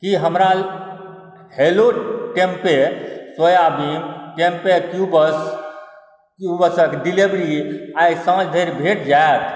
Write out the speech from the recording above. की हमरा hello tempeh soybean tempeh क्यूब्सक delivery आइ साँझ धरि भेट जैत